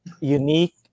unique